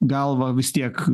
galva vis tiek